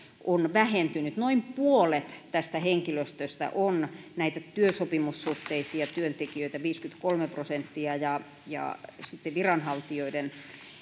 on vähentynyt noin puolet tästä henkilöstöstä on näitä työsopimussuhteisia työntekijöitä viisikymmentäkolme prosenttia ja ja sitten viranhaltijoiden